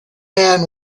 man